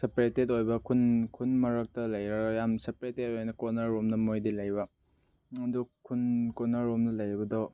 separated ꯑꯣꯏꯕ ꯈꯨꯟ ꯈꯨꯟ ꯃꯔꯛꯇ ꯂꯩꯔꯒ ꯌꯥꯝ ꯁꯦꯄꯦꯔꯦꯇꯦꯠ ꯑꯣꯏꯅ ꯀꯣꯔꯅꯔꯒꯨꯝꯕꯗ ꯃꯣꯏꯗꯤ ꯂꯩꯕ ꯑꯗꯨ ꯈꯨꯟ ꯀꯣꯔꯅꯔꯔꯣꯝꯗ ꯂꯩꯕꯗꯣ